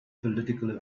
political